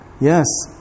Yes